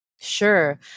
Sure